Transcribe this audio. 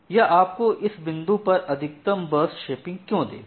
यह आपको इस बिंदु पर अधिकतम बर्स्ट शेपिंग क्यों देगा